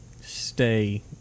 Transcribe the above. stay